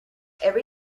every